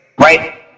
right